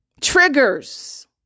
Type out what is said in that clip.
triggers